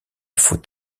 faut